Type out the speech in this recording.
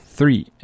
Three